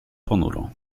ponuro